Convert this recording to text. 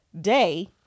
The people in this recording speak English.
day